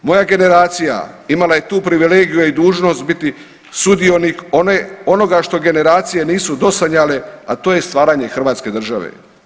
Moja generacija imala je tu privilegiju, a i dužnost biti sudionik one, onoga što generacije nisu dosanjale, a to je stvaranje hrvatske države.